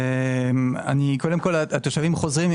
תושבים חוזרים,